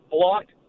blocked